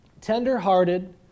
tender-hearted